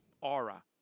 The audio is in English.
aura